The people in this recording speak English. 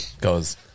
Goes